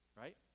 right